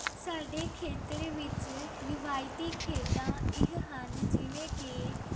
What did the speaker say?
ਸਾਡੇ ਖੇਤਰ ਵਿੱਚ ਰਵਾਇਤੀ ਖੇਡਾਂ ਇਹ ਹਨ ਜਿਵੇਂ ਕਿ